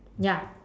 ya